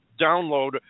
download